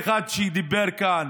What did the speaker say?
שדיבר כאן: